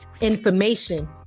information